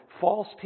false